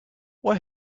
what